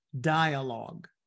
dialogue